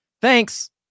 Thanks